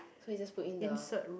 so you just put in the